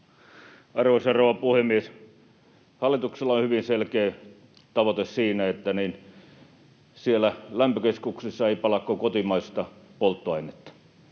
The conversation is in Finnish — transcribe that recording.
Arvoisa rouva puhemies! Hallituksella on hyvin selkeä tavoite siinä, että siellä lämpökeskuksissa ei pala kuin kotimaista polttoainetta.